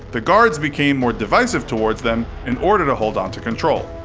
the guards became more divisive towards them, in order to hold on to control.